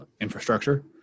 infrastructure